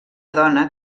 dona